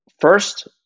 first